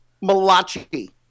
Malachi